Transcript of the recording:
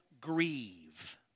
grieve